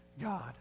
God